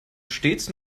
stets